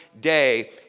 day